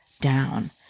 down